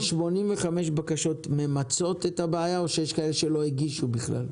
ה-85 בקשות ממצות את הבעיה או שיש כאלה שלא הגישו בכלל?